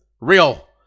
Real